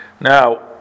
now